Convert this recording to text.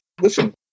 listen